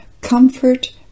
Comfort